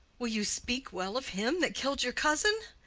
will you speak well of him that kill'd your cousin?